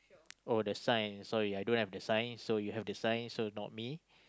oh the sign sorry I don't have the sign so you have to sign so not me